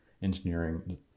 engineering